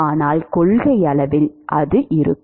ஆனால் கொள்கையளவில் அது இருக்கும்